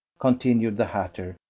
continued the hatter,